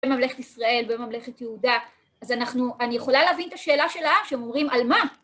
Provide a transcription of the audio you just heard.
בממלכת ישראל, בממלכת יהודה, אז אנחנו, אני יכולה להבין את השאלה שלה, שהם אומרים על מה?